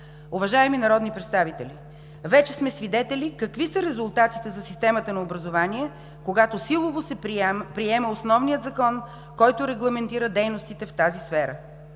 Уважаеми народни представители, вече сме свидетели какви са резултатите за системата на образование, когато силово се приема основният закон, който регламентира дейностите в тази сфера.